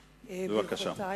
בבקשה.